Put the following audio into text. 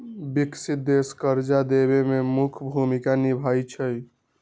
विकसित देश कर्जा देवे में मुख्य भूमिका निभाई छई